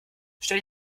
stell